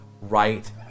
right